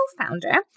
co-founder